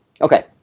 Okay